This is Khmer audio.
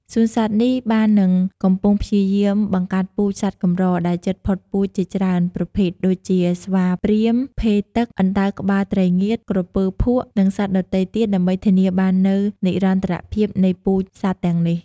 សួនសត្វនេះបាននិងកំពុងព្យាយាមបង្កាត់ពូជសត្វកម្រដែលជិតផុតពូជជាច្រើនប្រភេទ ដូចជា ស្វាព្រាហ្មណ៍ ភេទឹក អណ្ដើកក្បាលត្រីងៀត ក្រពើភក់ និងសត្វដទៃទៀតដើម្បីធានាបាននូវនិរន្តរភាពនៃពូជសត្វទាំងនេះ។